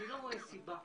אני לא רואה סיבה,